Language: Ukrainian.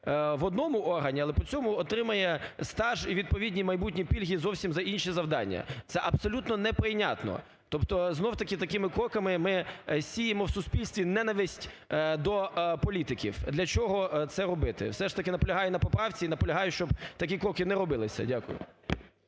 в одному органі, але при цьому отримує стаж і відповідні майбутні пільги зовсім за інші завдання, це абсолютно не прийнятно. Тобто знову ж таки такими кроками ми сіємо в суспільстві ненависть до політиків. Для чого це робити? Все ж таки наполягаю на поправці і наполягаю, щоб такі кроки не робилися. Дякую.